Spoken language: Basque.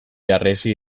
harresi